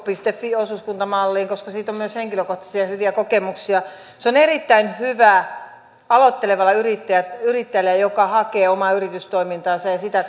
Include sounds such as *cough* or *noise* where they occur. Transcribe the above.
fi osuuskuntamalliin koska siitä on myös henkilökohtaisia hyviä kokemuksia se on erittäin hyvä aloittelevalle yrittäjälle joka hakee omaa yritystoimintaansa ja sitä *unintelligible*